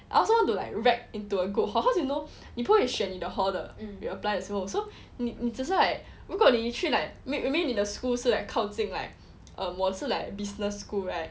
I also want to like rec into a good hall cause you know 你不会选你的 halls you apply 的时候 so 你只是 like 如果你去 like maybe 你的 school 是 like 靠近 like um 我是 like business school right